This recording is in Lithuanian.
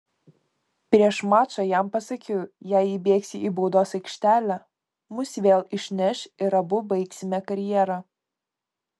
prieš mačą jam pasakiau jei įbėgsi į baudos aikštelę mus vėl išneš ir abu baigsime karjerą